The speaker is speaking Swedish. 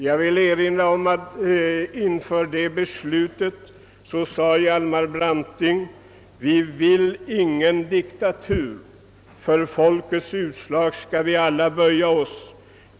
Jag vill erinra om att inför det beslu tet sade Hjalmar Branting: »Vi vilja ingen diktatur. För folkets utslag skola vi alla böja oss.